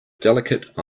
delicate